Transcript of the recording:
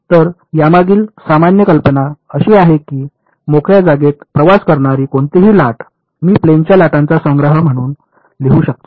तर यामागील सामान्य कल्पना अशी आहे की मोकळ्या जागेत प्रवास करणारी कोणतीही लाट मी प्लेनच्या लाटांचा संग्रह म्हणून लिहू शकतो